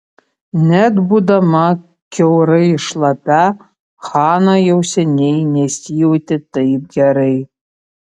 net būdama kiaurai šlapia hana jau seniai nesijautė taip gerai